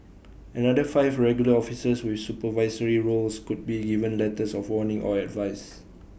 another five regular officers with supervisory roles could be given letters of warning or advice